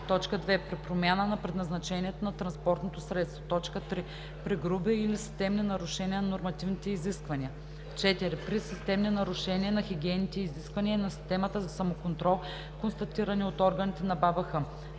2. при промяна на предназначението на транспортното средство; 3. при груби или системни нарушения на нормативните изисквания; 4. при системни нарушения на хигиенните изисквания и на системата за самоконтрол, констатирани от органите на БАБХ;